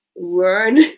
learn